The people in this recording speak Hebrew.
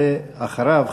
ואחריו,